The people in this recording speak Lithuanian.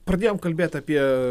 pradėjom kalbėt apie